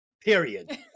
period